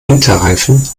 winterreifen